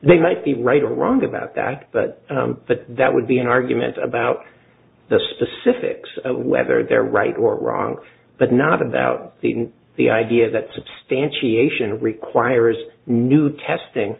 they might be right or wrong about that but that would be an argument about the specifics of whether they're right or wrong but not about the idea that substantiation it requires new testing